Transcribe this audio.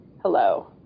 Hello